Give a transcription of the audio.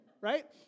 right